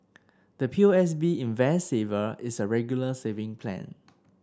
the P O S B Invest Saver is a Regular Saving Plan